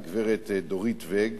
הגברת דורית ואג